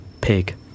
pig